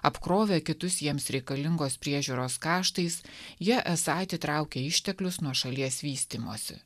apkrovę kitus jiems reikalingos priežiūros kaštais jie esą atitraukia išteklius nuo šalies vystymosi